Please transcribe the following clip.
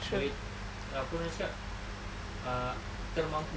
boleh apa orang cakap ah termampu